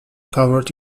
covered